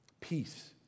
Peace